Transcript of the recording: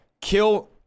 kill